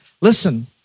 Listen